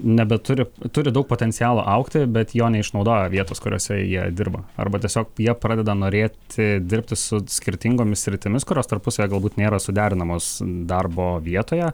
nebeturi turi daug potencialo augti bet jo neišnaudojo vietos kuriose jie dirba arba tiesiog jie pradeda norėti dirbti su skirtingomis sritimis kurios tarpusavyje galbūt nėra suderinamos darbo vietoje